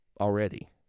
already